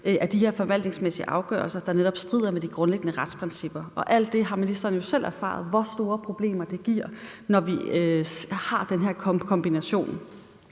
i de her forvaltningsmæssige afgørelser, der netop strider mod de grundlæggende retsprincipper. I alt det har ministeren jo selv erfaret, hvor store problemer det giver, når vi har den her kombination,